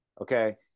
Okay